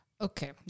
Okay